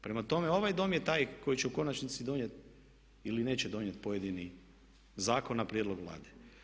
Prema tome, ovaj Dom je taj koji će u konačnici donijeti ili neće donijeti pojedini zakon na prijedlog Vlade.